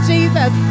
Jesus